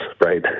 right